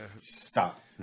Stop